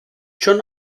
schon